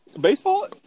Baseball